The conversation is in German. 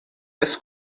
des